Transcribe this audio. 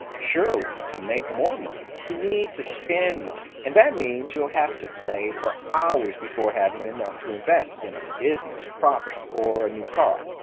surely to make more money, you need to spend money and that means you'll have to play for hours before having enough to invest in a business, a property or a new car.